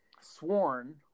Sworn